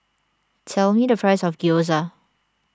tell me the price of Gyoza